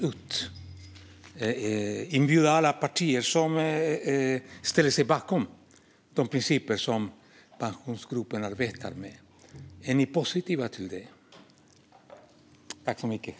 Är ni positiva till att bjuda in alla de partier som ställer sig bakom de principer som Pensionsgruppen arbetar utifrån?